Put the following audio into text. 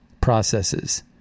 processes